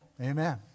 Amen